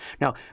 Now